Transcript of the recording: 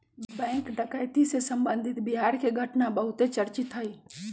bank डकैती से संबंधित बिहार के घटना बहुत ही चर्चित हई